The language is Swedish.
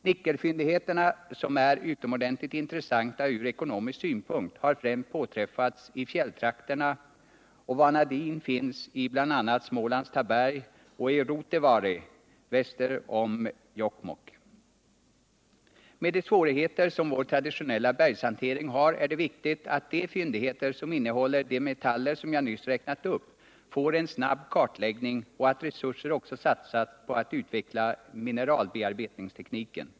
Nickelfyndigheterna, som är utomordentligt intressanta ur ekonomisk synpunkt, har främst påträffats i fjälltrakterna, och vanadin finns bl.a. i Smålands Taberg och Ruoutevare väster om Jokkmokk. Med de svårigheter som vår traditionella bergshantering har är det viktigt att de fyndigheter som innehåller de metaller jag nyss räknat upp får en snabb kartläggning och att resurser också satsas på att utveckla mineralbearbetningstekniken.